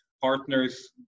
partners